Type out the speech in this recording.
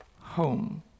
home